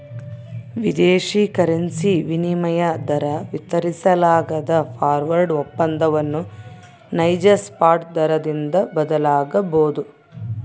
ವಿದೇಶಿ ಕರೆನ್ಸಿ ವಿನಿಮಯ ದರ ವಿತರಿಸಲಾಗದ ಫಾರ್ವರ್ಡ್ ಒಪ್ಪಂದವನ್ನು ನೈಜ ಸ್ಪಾಟ್ ದರದಿಂದ ಬದಲಾಗಬೊದು